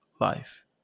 life